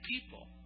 people